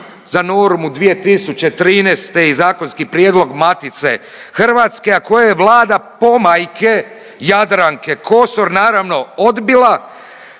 za normu, 2013. i zakonski prijedlog Matice Hrvatske, a koji je Vlada pomajke Jadranke Kosor naravno odbila